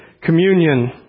communion